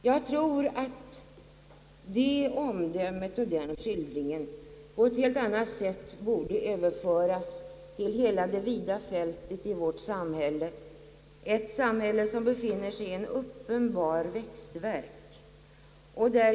Jag tror att det omdömet och den skildringen borde överföras till hela det vida fältet i vårt samhälle, som befinner sig i en uppenbar växtvärk.